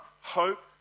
hope